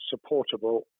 supportable